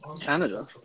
Canada